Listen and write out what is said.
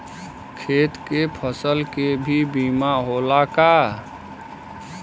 खेत के फसल के भी बीमा होला का?